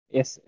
Yes